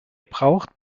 braucht